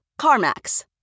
CarMax